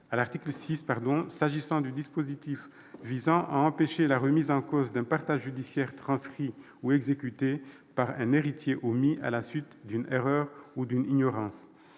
à l'article 6, s'agissant du dispositif visant à empêcher la remise en cause d'un partage judiciaire transcrit ou exécuté par un héritier omis à la suite d'une erreur ou d'une ignorance.